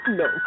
no